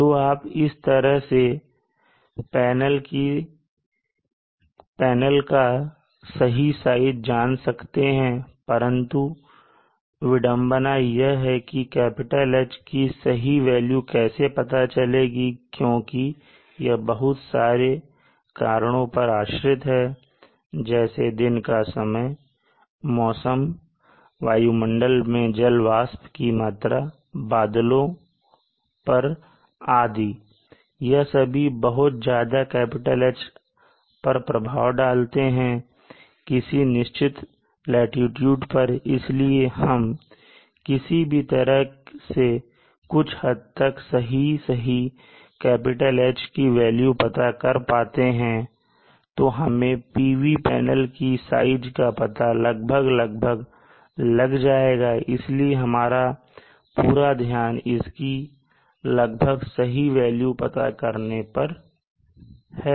तो आप इस तरह से पैनल का सही size जान सकते हैं परंतु विडंबना यह है कि "H" की सही वेल्यू कैसे पता चलेगी क्योंकि यह बहुत सारे कारणों पर आश्रित है जैसे कि दिन का समय मौसम वायुमंडल में जलवाष्प की मात्रा बादलों पर आदि यह सभी बहुत ज्यादा "H" पर प्रभाव डालते हैं किसी निश्चित लाटीट्यूड पर इसलिए अगर हम किसी भी तरह से कुछ हद तक सही सही "H" की वेल्यू पता कर पाते हैं तो हमें PV पैनल की size का पता लगभग लगभग लग जाएगा इसलिए हमारा पूरा ध्यान इसकी लगभग सही वेल्यू पता करने पर है